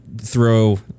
throw